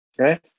Okay